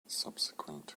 subsequent